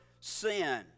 sin